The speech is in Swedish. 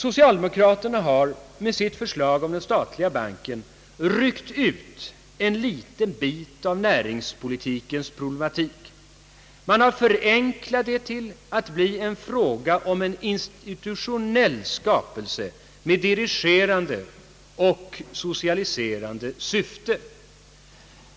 Socialdemokraterna har med sitt förslag om den statliga banken ryckt ut en liten bit av näringspolitikens problematik och förenklat det till att bli en fråga om en institutionell skapelse med dirigerande och socialiserande syfte.